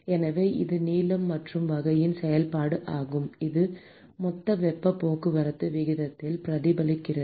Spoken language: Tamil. எனவே இது நீளம் மற்றும் வகையின் செயல்பாடு ஆகும் இது மொத்த வெப்ப போக்குவரத்து விகிதத்தில் பிரதிபலிக்கிறது